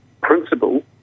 principle